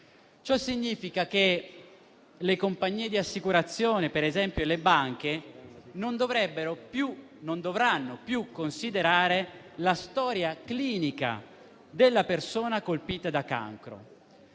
Ciò significa che, per esempio, le compagnie di assicurazione e le banche non dovranno più considerare la storia clinica della persona colpita da cancro.